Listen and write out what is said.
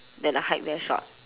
then the height very short